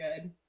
good